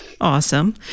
Awesome